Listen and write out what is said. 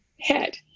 head